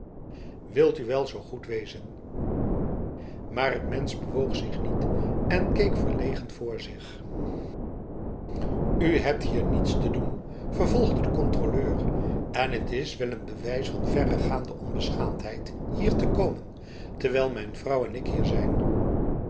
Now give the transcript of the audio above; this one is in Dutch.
wilt u wel zo goed wezen maar het mens bewoog zich niet en keek verlegen voor zich ij hebt hier niets te doen vervolgde de controleur en het is wel een bewijs van verregaande onbeschaamdheid hier te komen terwijl mijn vrouw en ik hier zijn